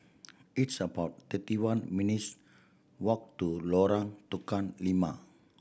it's about thirty one minutes' walk to Lorong Tukang Lima